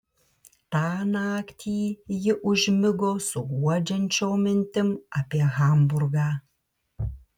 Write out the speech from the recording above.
tą naktį ji užmigo su guodžiančiom mintim apie hamburgą